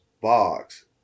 box